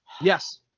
Yes